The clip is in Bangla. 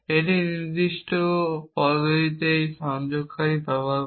একটি নির্দিষ্ট পদ্ধতিতে এই সংযোগকারীটি ব্যবহার করে